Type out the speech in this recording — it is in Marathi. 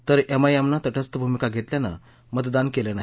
तर शिआयशिने तटस्थ भूमिका घेतल्याने मतदान केले नाही